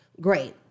Great